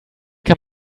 kann